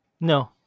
No